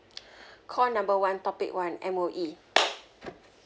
call number one topic one M_O_E